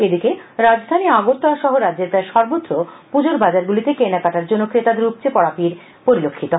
এদিকে রাজধানী আগরতলা সহ রাজ্যের প্রায় সর্বত্র পুজোর বাজারগুলিতে কেনাকাটার জন্য ক্রেতাদের উপচে পড়া ভিড় পরিলক্ষিত হয়